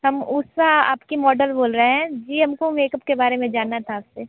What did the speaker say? हम उषा आपकी मॉडल बोल रहे हैं जी हमको मेकअप के बारे में जानना था आपसे